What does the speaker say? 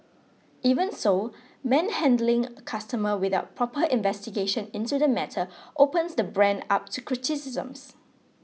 even so manhandling a customer without proper investigation into the matter opens the brand up to criticisms